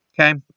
okay